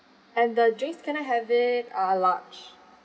and the drinks can I have it uh large